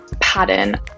pattern